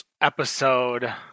episode